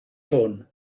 hwn